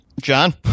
John